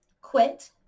quit